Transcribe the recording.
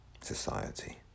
society